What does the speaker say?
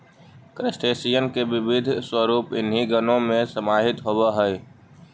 crustacean के विविध स्वरूप इन्हीं गणों में समाहित होवअ हई